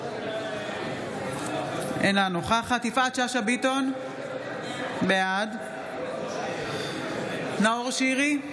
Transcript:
אינה נוכחת יפעת שאשא ביטון, בעד נאור שירי,